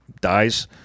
dies